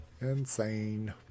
Insane